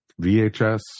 VHS